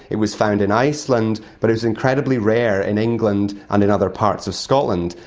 it was found in iceland, but it was incredibly rare in england and in other parts of scotland,